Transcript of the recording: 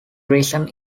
recent